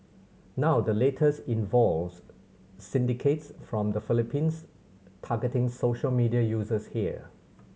now the latest involves syndicates from the Philippines targeting social media users here